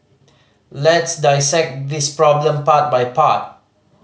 let's dissect this problem part by part